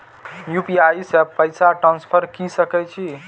UPI से पैसा transfer की सके छी?